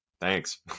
thanks